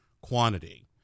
quantity